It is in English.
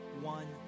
one